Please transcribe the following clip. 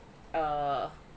err